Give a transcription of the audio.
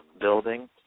Building